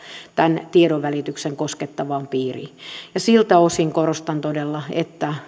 tämän tiedonvälityksen piiriin siltä osin korostan todella että